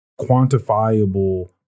quantifiable